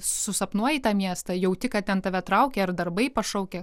susapnuoji tą miestą jauti kad ten tave traukia ar darbai pašaukia